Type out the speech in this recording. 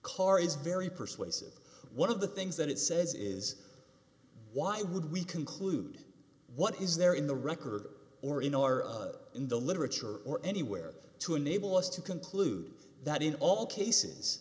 car is very persuasive one of the things that it says is why would we conclude what is there in the record or in our in the literature or anywhere to enable us to conclude that in all cases